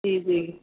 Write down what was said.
جی جی